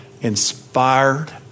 inspired